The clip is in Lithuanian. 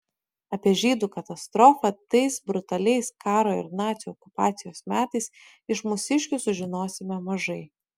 apie žydų katastrofą tais brutaliais karo ir nacių okupacijos metais iš mūsiškių sužinosime mažai